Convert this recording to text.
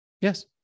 yes